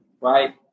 right